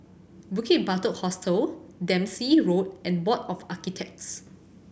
Bukit Batok Hostel Dempsey Road and Board of Architects